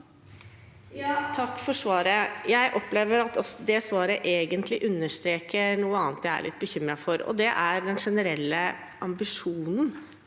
Takk for sva- ret. Jeg opplever at svaret egentlig understreker noe annet jeg er litt bekymret for, og det er den generelle ambisjonen